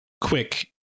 quick